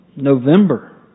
November